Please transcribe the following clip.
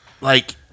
like-